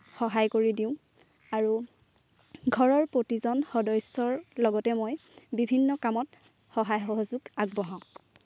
সহায় কৰি দিওঁ আৰু ঘৰৰ প্ৰতিজন সদস্যৰ লাগতে মই বিভিন্ন কামত সহায় সহযোগ আগবঢ়াও